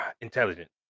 intelligent